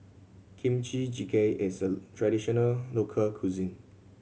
Kimchi Jjigae is a traditional local cuisine